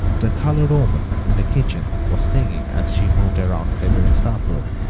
the coloured woman in the kitchen was singing as she moved around preparing supper,